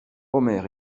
omer